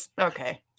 Okay